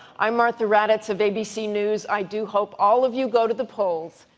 i'm martha raddatz of abc news. i do hope all of you go to the polls.